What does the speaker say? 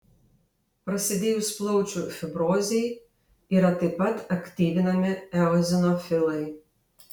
prasidėjus plaučių fibrozei yra taip pat aktyvinami eozinofilai